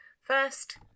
First